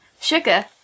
Sugar